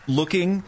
looking